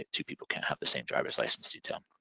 two people can't have the same driver's license detail.